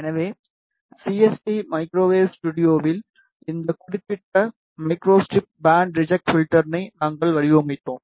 எனவே CST microwave ஸ்டுடியோவில் இந்த குறிப்பிட்ட மைக்ரோஸ்ட்ரிப் பேண்ட் ரிஜெக்ட் பில்டர்னை நாங்கள் வடிவமைத்தோம்